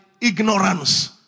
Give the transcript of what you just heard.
ignorance